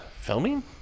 filming